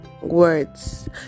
Words